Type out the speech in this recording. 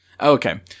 Okay